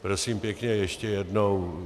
Prosím pěkně, ještě jednou.